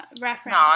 reference